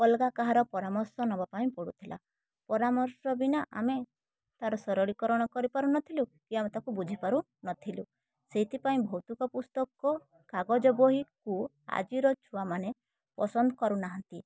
ଅଲଗା କାହାର ପରାମର୍ଶ ନବା ପାଇଁ ପଡ଼ୁଥିଲା ପରାମର୍ଶ ବିନା ଆମେ ତାର ସରଳୀକରଣ କରି ପାରୁନଥିଲୁ କି ଆମେ ତାକୁ ବୁଝି ପାରୁନଥିଲୁ ସେଇଥିପାଇଁ ଭୌତୁକ ପୁସ୍ତକ କାଗଜ ବହିକୁ ଆଜିର ଛୁଆମାନେ ପସନ୍ଦ କରୁନାହାଁନ୍ତି